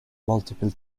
multiple